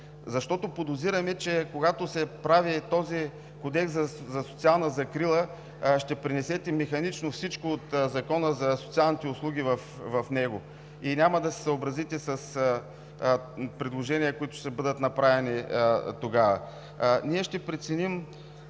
защото подозираме, че когато се прави този Кодекс за социална закрила, ще пренесете механично всичко от Закона за социалните услуги в него и няма да се съобразите с предложения, които ще бъдат направени тогава.